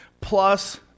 plus